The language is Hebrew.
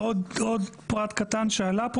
עוד פרט קטן שעלה פה.